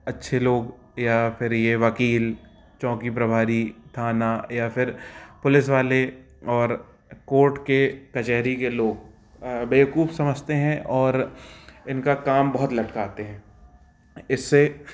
अच्छे लोग या फिर ये वकील चौकी प्रभारी थाना या फिर पुलिस वाले और कोर्ट के कचहरी के लोग बेवकूफ समझते हैं और इनका काम बहुत लटकाते हैं इससे